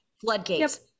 floodgates